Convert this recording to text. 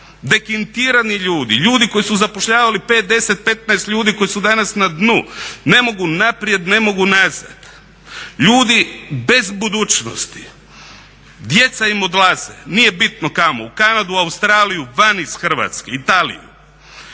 dekintirani ljudi, ljudi koji su zapošljavali 5, 10, 15 ljudi koji su danas na dnu, ne mogu naprijed, ne mogu nazad. Ljudi bez budućnost, djeca im odlaze, nije bitno kamo, u Kanadu, Australiju, van iz Hrvatske, Italiju.